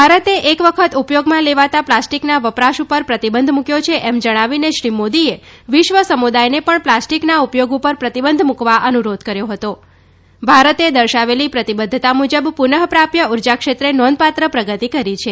ભારતે એક વખત ઉપયોગમાં લેવાતા પ્લાસ્ટિકના વપરાશ ઉપર પ્રતિબંધ મૂક્વો છે એમ જણાવીને શ્રી મોદીએ વિશ્વ સમુદાયને પણ પ્લાસ્ટિકના ઉપયોગ ઉપર પ્રતિબંધ મૂકવા અનુરોધ કર્યો ભારતે દર્શાવેલી પ્રતિબધ્ધતા મુજબ પુનઃ પ્રાપ્ય ઊર્જાક્ષેત્રે નોંધપાત્ર પ્રગતિ કરી છે